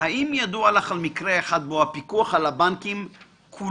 האם ידוע לך על מקרה אחד בו הפיקוח על הבנקים כולו